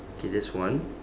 okay that's one